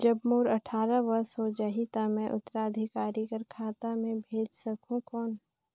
जब मोर अट्ठारह वर्ष हो जाहि ता मैं उत्तराधिकारी कर खाता मे भेज सकहुं कौन?